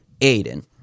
Aiden